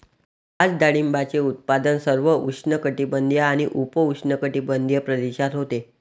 आज डाळिंबाचे उत्पादन सर्व उष्णकटिबंधीय आणि उपउष्णकटिबंधीय प्रदेशात होते